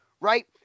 right